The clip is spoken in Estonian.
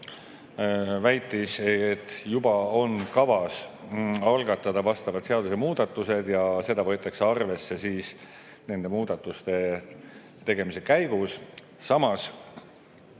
väitis, et juba on kavas algatada vastavad seadusemuudatused ja seda võetakse arvesse nende muudatuste tegemise käigus. Komisjon